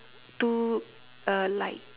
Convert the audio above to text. two uh light